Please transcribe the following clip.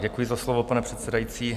Děkuji za slovo, pane předsedající.